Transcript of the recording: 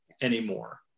anymore